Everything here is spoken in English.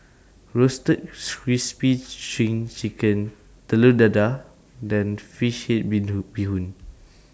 Roasted Crispy SPRING Chicken Telur Dadah and Fish Head Bee Hoon